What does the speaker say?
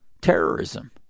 terrorism